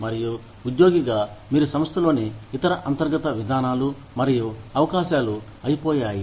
మరియు ఉద్యోగిగా మీరు సంస్థలోని ఇతర అంతర్గత విధానాలు మరియు అవకాశాలు అయిపోయాయి